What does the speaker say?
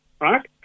Right